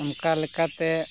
ᱚᱱᱠᱟ ᱞᱮᱠᱟᱛᱮ